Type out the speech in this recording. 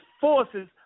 forces